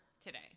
today